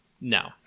No